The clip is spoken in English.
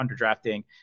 underdrafting